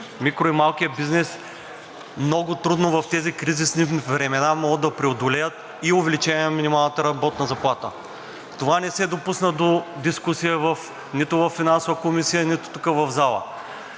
Микро- и малкият бизнес много трудно в тези кризисни времена могат да преодолеят и увеличение на минималната работна заплата. Това не се допусна до дискусия нито във Финансовата комисия, нито тук в залата.